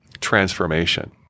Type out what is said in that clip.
transformation